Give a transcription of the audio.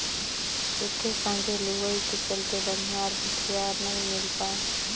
एके संघे लुवई के चलते बनिहार भूतीहर नई मिल पाये